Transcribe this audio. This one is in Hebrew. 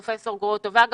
פרופ' גרוטו ואגב,